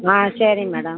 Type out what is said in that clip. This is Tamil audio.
ஆ சரிங்க மேடம்